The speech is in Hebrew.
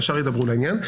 ישר ידברו לעניין.